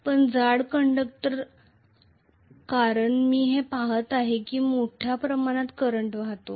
पण जाड कंडक्टर मोठ्या प्रमाणात करंट वाहतो